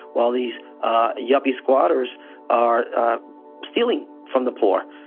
while these ah yuppie squatters are stealing from the poor,